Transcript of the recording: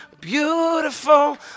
beautiful